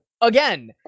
again